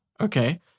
Okay